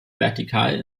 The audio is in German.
vertikal